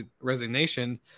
resignation